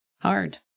hard